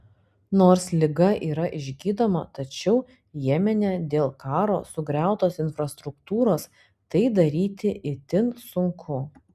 nors liga yra išgydoma tačiau jemene dėl karo sugriautos infrastruktūros tai daryti yra itin sunku